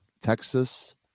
Texas